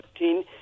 14